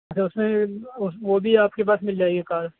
اچھا اس میں وہ بھی آپ کے پاس مل جائے گی کار